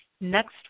next